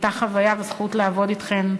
הייתה חוויה וזכות לעבוד אתכן,